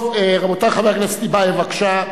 רבותי, חבר הכנסת טיבייב מקדימה, בבקשה.